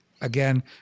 again